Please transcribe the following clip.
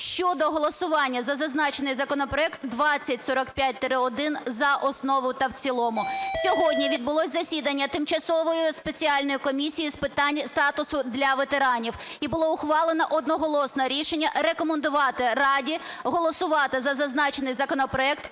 щодо голосування за зазначений законопроект 2045-1 за основу та в цілому. Сьогодні відбулося засідання Тимчасової спеціальної комісії з питань статусу для ветеранів і було ухвалено одноголосно рішення: рекомендувати Раді голосувати за зазначений законопроект